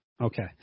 Okay